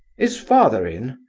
is father in?